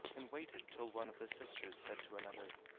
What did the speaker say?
and waited till one of the sisters said to another,